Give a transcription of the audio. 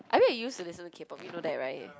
I mean I used to listen to K-Pop you know that [right]